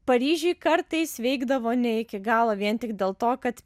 paryžiuj kartais veikdavo ne iki galo vien tik dėl to kad